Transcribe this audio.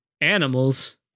Animals